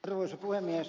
arvoisa puhemies